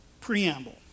Preamble